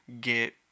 get